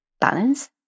balance